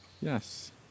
Yes